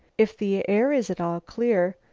if the air is at all clear,